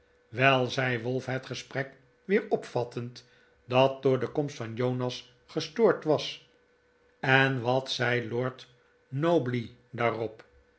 zei wolf het gesprek weer opvattend dat door de komst van jonas gestoord was en wat zei lord nobley daarop